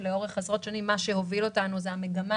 לאורך עשרות שנים מה שהוביל אותנו זה המגמה